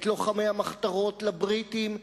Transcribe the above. את לוחמי המחתרות לבריטים,